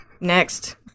Next